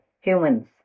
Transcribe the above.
humans